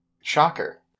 Shocker